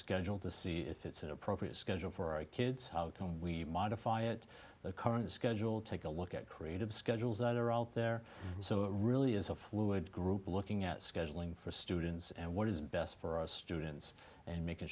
schedule to see if it's an appropriate schedule for our kids how we modify it the current schedule take a look at creative sketch that are out there and so it really is a fluid group looking at scheduling for students and what is best for our students and making